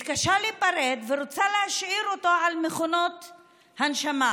מתקשה להיפרד ורוצה להשאיר אותו במכונת הנשמה.